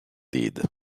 did